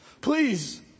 Please